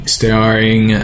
Starring